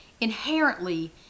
inherently